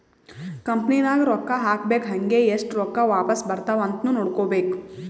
company ನಾಗ್ ರೊಕ್ಕಾ ಹಾಕ್ಬೇಕ್ ಹಂಗೇ ಎಸ್ಟ್ ರೊಕ್ಕಾ ವಾಪಾಸ್ ಬರ್ತಾವ್ ಅಂತ್ನು ನೋಡ್ಕೋಬೇಕ್